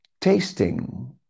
tasting